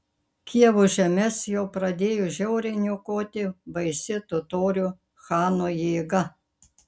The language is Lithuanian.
kijevo žemes jau pradėjo žiauriai niokoti baisi totorių chano jėga